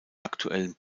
aktuellen